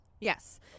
Yes